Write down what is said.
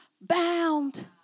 bound